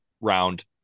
round